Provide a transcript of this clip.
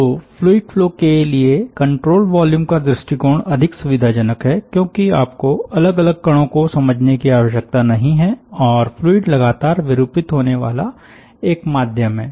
तो fluid flow के लिए कंट्रोल वॉल्यूम का दृष्टिकोण अधिक सुविधाजनक है क्योंकि आपको अलग अलग कणों को समझने की आवश्यकता नहीं है और फ्लूइड लगातार विरूपित होने वाला एक माध्यम है